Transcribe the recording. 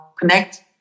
connect